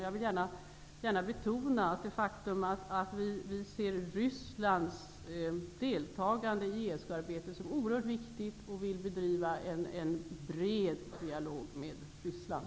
Jag vill gärna betona det faktum att vi ser Rysslands deltagande i ESK-arbetet som oerhört viktigt, och vi vill bedriva en bred dialog med Ryssland.